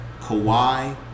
Kawhi